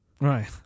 Right